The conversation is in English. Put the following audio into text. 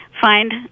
Find